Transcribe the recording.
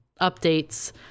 updates